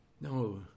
no